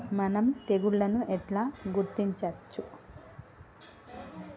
మనం తెగుళ్లను ఎట్లా గుర్తించచ్చు?